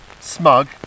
smug